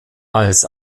als